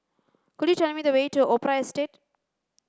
could you tell me the way to Opera Estate